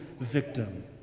victim